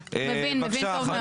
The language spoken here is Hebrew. מבין, מבין טוב מאוד.